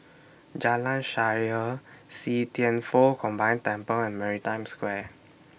Jalan Shaer See Thian Foh Combined Temple and Maritime Square